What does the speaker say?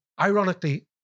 Ironically